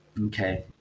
Okay